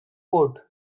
port